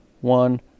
one